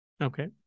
okay